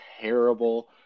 terrible